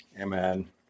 Amen